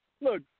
look